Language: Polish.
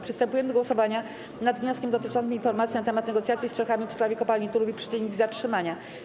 Przystępujemy do głosowania nad wnioskiem dotyczącym informacji na temat negocjacji z Czechami w sprawie kopalni Turów i przyczyn ich zatrzymania.